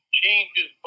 changes